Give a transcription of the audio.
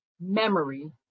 memory